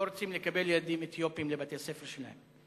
רוצים לקבל ילדים אתיופים לבתי-הספר שלהם.